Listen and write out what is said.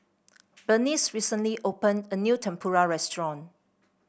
Berniece recently opened a new Tempura restaurant